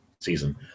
season